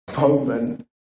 moment